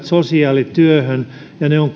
sosiaalityöhön ja avustukset on